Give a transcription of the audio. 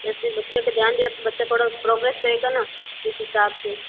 ऐसे ही बच्चे का ध्यान दिया तो बच्चा थोड़ा प्रोग्रैस करेगा ना इस हिसाब से